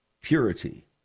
purity